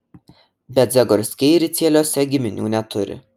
bet zagorskiai ricieliuose giminių neturi